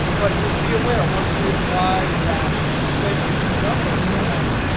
but just be aware, once we applied that percentage number formatting,